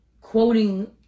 quoting